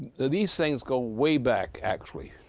these things go way back, actually.